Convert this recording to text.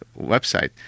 website